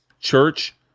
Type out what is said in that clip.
church